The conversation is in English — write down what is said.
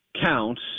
counts